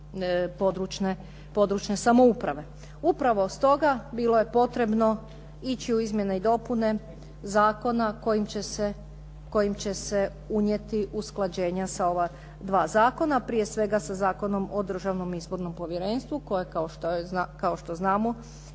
i lokalne područne samouprave. Upravo stoga bilo je potrebno ići u izmjene i dopune zakona kojim će se unijeti usklađenja sa ova dva zakona. Prije svega sa Zakonom o Državnom izbornom povjerenstvu koje, kao što znamo